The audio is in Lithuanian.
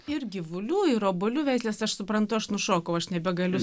ir gyvulių ir obuolių veisles aš suprantu aš nušokau aš nebegaliu